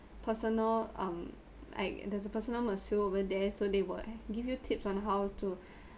personal um like there's a personal masseur over there so they will give you tips on how to